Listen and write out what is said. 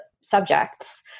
subjects